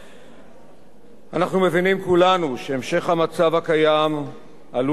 אנחנו מבינים כולנו שהמשך המצב הקיים עלול להביא לשוקת שבורה,